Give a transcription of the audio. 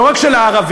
לא רק של הערבים,